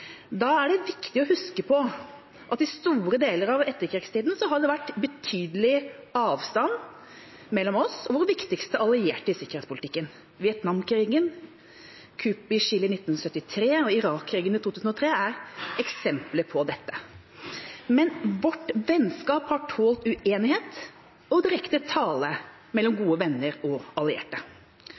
Da er det viktig å huske på at i store deler av etterkrigstida har det vært betydelig avstand mellom oss og vår viktigste allierte i sikkerhetspolitikken. Vietnam-krigen, kuppet i Chile i 1973 og Irak-krigen i 2003 er eksempler på dette. Men vårt vennskap har tålt uenighet og direkte tale mellom gode venner og allierte.